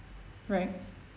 right